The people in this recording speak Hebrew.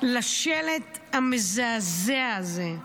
לשלט המזעזע הזה,